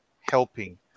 helping